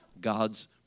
God's